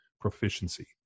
proficiency